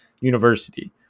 University